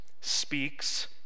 speaks